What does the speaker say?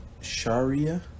Sharia